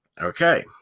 okay